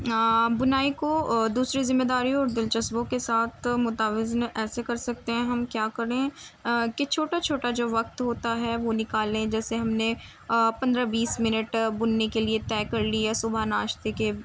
بنائی کو دوسری ذمہ داریوں اور دلچسپیوں کے ساتھ متوازن ایسے کر سکتے ہیں ہم کیا کریں کہ چھوٹا چھوٹا جو وقت ہوتا ہے وہ نکالیں جیسے ہم نے پندرہ بیس منٹ بننے کے لیے طے کر لیا صبح ناشتے کے